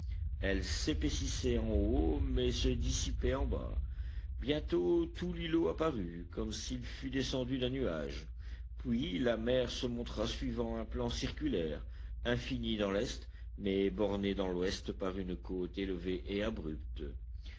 elle s'épaississait en haut mais se dissipait en bas bientôt tout l'îlot apparut comme s'il fût descendu d'un nuage puis la mer se montra suivant un plan circulaire infinie dans l'est mais bornée dans l'ouest par une côte élevée et abrupte